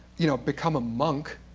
you know, become a monk.